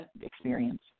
experience